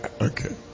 okay